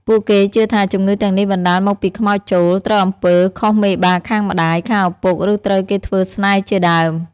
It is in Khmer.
ពួកគេជឿថាជំងឺទាំងនេះបណ្តាលមកពីខ្មោចចូល ត្រូវអំពើ ខុសមេបាខាងម្តាយ ខាងឪពុក ឬត្រូវគេធ្វើស្នេហ៍ជាដើម។